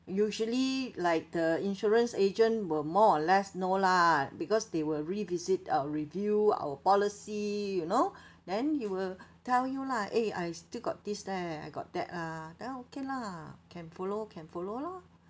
usually like the insurance agent will more or less know lah because they will revisit uh review our policy you know then he will tell you lah eh I still got this leh I got that lah then okay lah can follow can follow loh